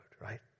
right